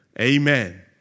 Amen